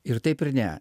ir taip ir ne